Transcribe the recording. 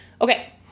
Okay